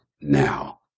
now